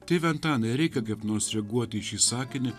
tėve antanai ar reikia kaip nors reaguoti į šį sakinį